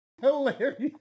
hilarious